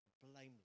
blameless